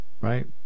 right